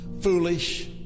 foolish